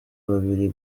babiri